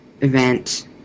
event